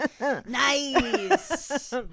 nice